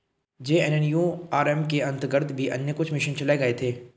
JNNURM के अंतर्गत भी अन्य कुछ मिशन चलाए गए थे